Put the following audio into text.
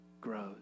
grows